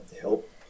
help